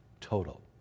total